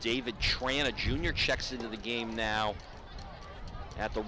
david trey in a junior checks into the game now at the